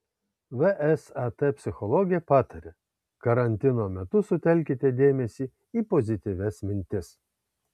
vsat psichologė pataria karantino metu sutelkite dėmesį į pozityvias mintis